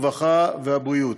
הרווחה והבריאות.